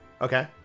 Okay